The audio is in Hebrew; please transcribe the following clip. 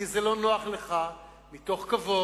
כי זה לא נוח לך, מתוך כבוד,